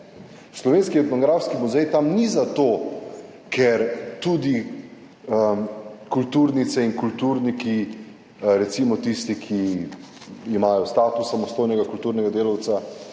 Slovenski etnografski muzej tam ni zato, ker tudi kulturnice in kulturniki, recimo tisti, ki imajo status samostojnega kulturnega delavca,